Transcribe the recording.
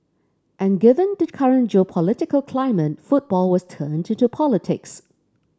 and given the current geopolitical climate football was turned into politics